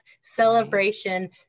celebration